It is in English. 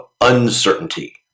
uncertainty